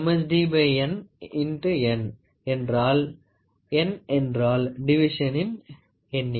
D n n என்றாள் டிவிஷனின் எண்ணிக்கை